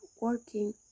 working